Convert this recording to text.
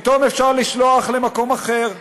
פתאום אפשר לשלוח למקום אחר,